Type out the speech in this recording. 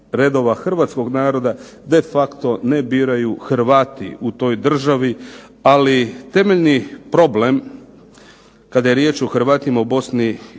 hrvatskog naroda de facto ne biraju Hrvati u toj državi, ali temeljni problem kada je riječ o Hrvatima u Bosni